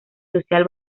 social